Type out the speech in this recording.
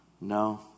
No